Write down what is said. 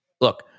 look